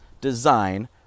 design